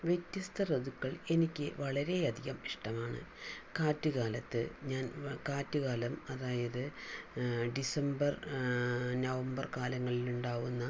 വ്യത്യസ്ത ഋതുക്കൾ എനിക്ക് വളരെയധികം ഇഷ്ടമാണ് കാറ്റുകാലത്ത് ഞാൻ കാറ്റുകാലം അതായത് ഡിസംബർ നവംബർ കാലങ്ങളിൽ ഉണ്ടാകുന്ന